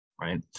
right